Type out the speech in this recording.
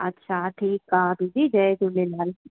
अच्छा ठीकु आहे दीदी जय झूलेलाल